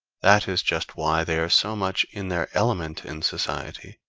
that is just why they are so much in their element in society.